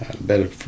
better